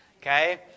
Okay